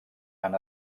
han